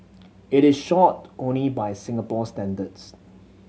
it is short only by Singapore standards